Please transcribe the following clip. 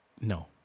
No